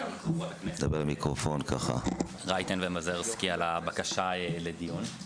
ולחברות הכנסת רייטן ומזרסקי על הבקשה לדיון.